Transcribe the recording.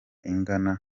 ingana